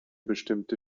bestimmte